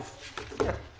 ו-22.